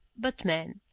but men.